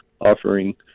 offering